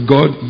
God